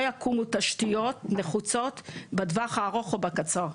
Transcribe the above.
יקומו תשתיות נחוצות בטווח הארוך או הקצר.